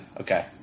Okay